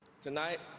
Tonight